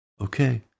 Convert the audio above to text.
Okay